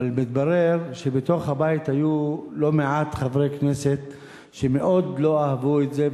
אבל מתברר שבתוך הבית היו לא מעט חברי כנסת שמאוד לא אהבו את זה,